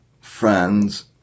friends